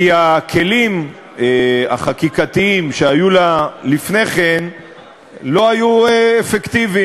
כי הכלים החקיקתיים שהיו לה לפני כן לא היו אפקטיביים.